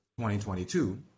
2022